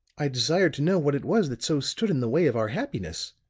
i desired to know what it was that so stood in the way of our happiness.